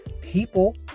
people